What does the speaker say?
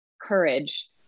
courage